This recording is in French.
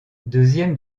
deuxième